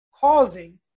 causing